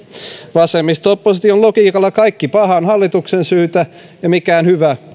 vasemmisto opposition logiikalla kaikki paha on hallituksen syytä ja mikään hyvä